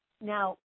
Now